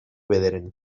bederen